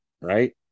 right